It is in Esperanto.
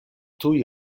tuj